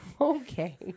Okay